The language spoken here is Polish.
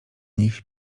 nich